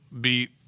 beat